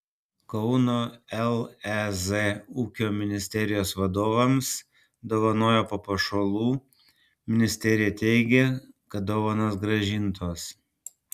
kauno lez ūkio ministerijos vadovams dovanojo papuošalų ministerija teigia kad dovanos grąžintos